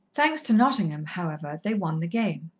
thanks to nottingham, however, they won the game.